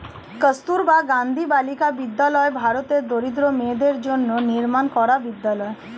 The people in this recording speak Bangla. কস্তুরবা গান্ধী বালিকা বিদ্যালয় ভারতের দরিদ্র মেয়েদের জন্য নির্মাণ করা বিদ্যালয়